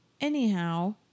anyhow